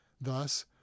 Thus